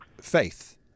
faith